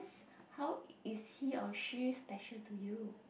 how is he or she special to you